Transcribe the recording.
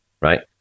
right